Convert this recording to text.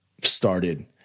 started